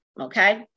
Okay